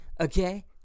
Okay